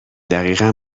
دقیقا